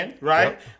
right